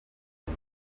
nta